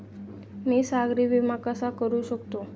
मी सागरी विमा कसा करू शकतो?